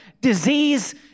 disease